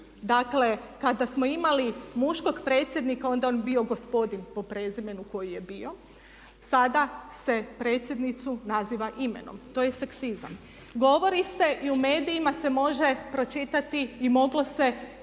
Dakle, kada smo imali muškog predsjednika onda je on bio gospodin po prezimenu koji je bio, sada se predsjednicu naziva imenom. To je seksizam. Govori se i u medijima se može pročitati i moglo se i